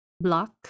block